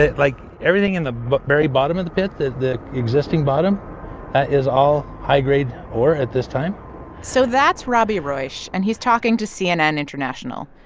like, everything in the but very bottom of the pit the the existing bottom is all high-grade ore at this time so that's robbie roush, and he's talking to cnn international.